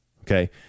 Okay